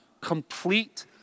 complete